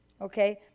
Okay